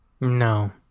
no